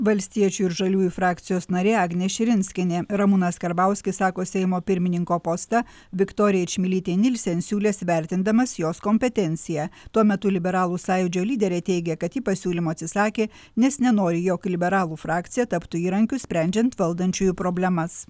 valstiečių ir žaliųjų frakcijos narė agnė širinskienė ramūnas karbauskis sako seimo pirmininko postą viktorijai čmilytei nilsen siūlęs vertindamas jos kompetenciją tuo metu liberalų sąjūdžio lyderė teigė kad ji pasiūlymo atsisakė nes nenori jog liberalų frakcija taptų įrankiu sprendžiant valdančiųjų problemas